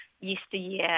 yesteryear